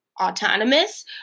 autonomous